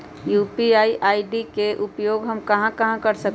UPI ID के उपयोग हम कहां कहां कर सकली ह?